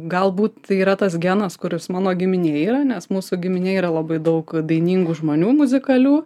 galbūt tai yra tas genas kuris mano giminėj yra nes mūsų giminėj yra labai daug dainingų žmonių muzikalių